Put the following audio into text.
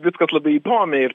viskas labai įdomiai ir